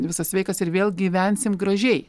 visas sveikas ir vėl gyvensim gražiai